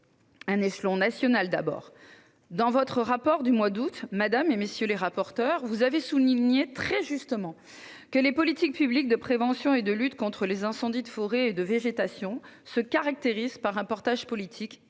échelon est national. Dans votre rapport d'information du mois d'août dernier, madame, messieurs les rapporteurs, vous avez souligné très justement que « les politiques publiques de prévention et de lutte contre les incendies de forêt et de végétation se caractérisent par un portage politique et